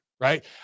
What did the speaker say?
right